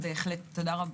תודה.